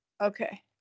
Okay